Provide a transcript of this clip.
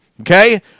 Okay